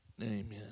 Amen